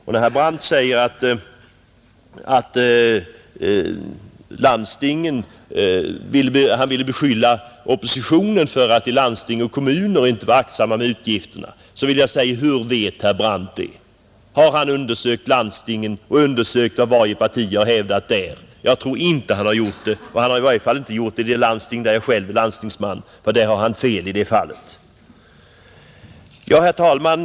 Och när herr Brandt vill beskylla oppositionens företrädare för att i landsting och kommuner inte vara aktsamma med utgifterna vill jag fråga: Hur vet herr Brandt att oppositionen inte är det? Har han undersökt vad varje parti har hävdat i landstingen? Jag tror inte att han har gjort det, och han har i varje fall inte undersökt det landsting där jag själv är landstingsman. Han har alltså fel i det fallet. Herr talman!